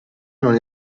non